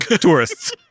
tourists